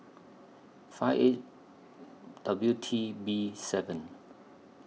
five eight W T B seven